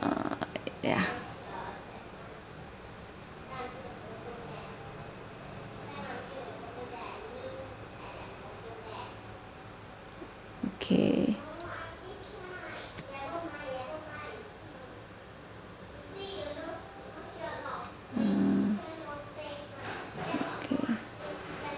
uh ya okay uh okay